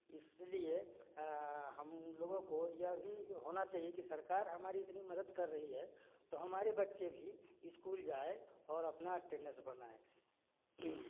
इसलिए हम लोगों को यह भी होना चाहिए कि सरकार हमारी इतनी मदद कर रही है तो हमारे बच्चे भी स्कूल जाए और अपना अटेंडेंस बनाएँ